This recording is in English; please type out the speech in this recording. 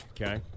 Okay